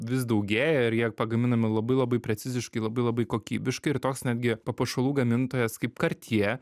vis daugėja ir jie pagaminami labai labai preciziškai labai labai kokybiškai ir toks netgi papuošalų gamintojas kaip kartjė